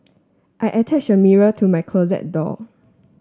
I attach a mirror to my closet door